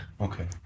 okay